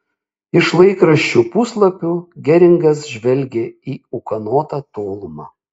iš laikraščių puslapių geringas žvelgė į ūkanotą tolumą